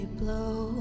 blow